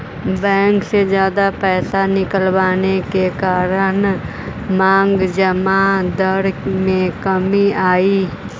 bank से जादा पैसे निकलवाने के कारण मांग जमा दर में कमी आई